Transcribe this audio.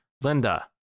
Linda